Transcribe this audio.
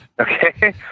Okay